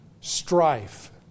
strife